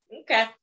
Okay